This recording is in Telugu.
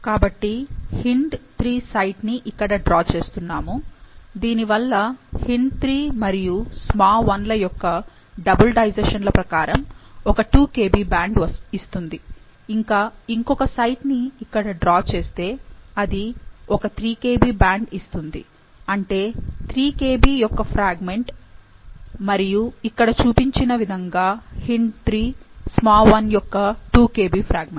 కాబట్టి HindIII సైట్ ని ఇక్కడ డ్రా చేస్తున్నాము దీని వల్ల HindIII మరియు SmaI ల యొక్క డబుల్ డైజెషన్ల ప్రకారం ఒక 2 kb బ్యాండ్ ఇస్తుంది ఇంకా ఇంకొక సైట్ ని ఇక్కడ డ్రా చేస్తే అది ఒక 3 kb బ్యాండ్ ఇస్తుంది అంటే 3 kb యొక్క ఫ్రాగ్మెంట్ మరియు ఇక్కడ చూపించిన విధంగా HindIII SmaI యొక్క 2 kb ఫ్రాగ్మెంట్